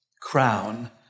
crown